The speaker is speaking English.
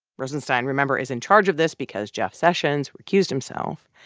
rosenstein remember is in charge of this because jeff sessions recused himself.